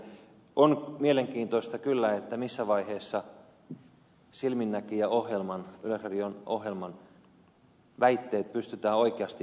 on kyllä mielenkiintoista missä vaiheessa silminnäkijä ohjelman yleisradion ohjelman väitteet pystytään oikeasti näyttämään toteen